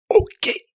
Okay